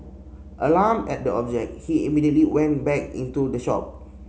alarmed at the object he immediately went back into the shop